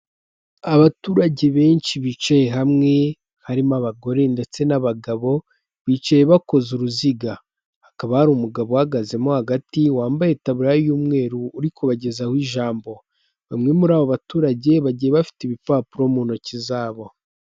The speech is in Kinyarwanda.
Abaturage benshi bicaye hamwe, harimo abagore ndetse n'abagabo, bicaye bakoze uruziga, hakaba hari umugabo uhagazemo hagati wambaye itaburiya y'umweru uri kubagezaho ijambo, bamwe muri abo baturage bagiye bafite ibipapuro mu ntoki zabo.